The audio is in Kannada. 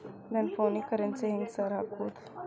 ನನ್ ಫೋನಿಗೆ ಕರೆನ್ಸಿ ಹೆಂಗ್ ಸಾರ್ ಹಾಕೋದ್?